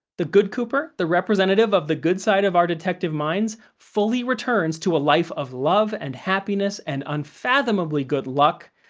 the good cooper, the representative of the good side of our detective minds, fully returns to a life of love and happiness and unfathomably good luck,